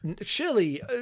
Surely